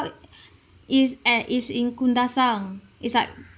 is at is in kundasang is like